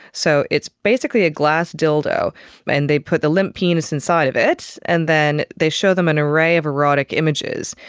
so it's basically a glass dildo and they put the limp penis inside of it and then they show them an array of erotic images,